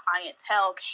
clientele